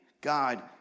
God